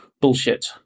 bullshit